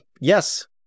yes